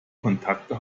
kontakte